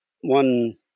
one